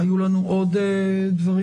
היו לנו עוד דברים